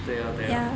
对咯对咯